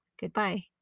Goodbye